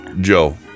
Joe